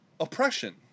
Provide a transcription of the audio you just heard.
oppression